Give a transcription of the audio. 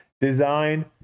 design